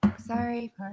sorry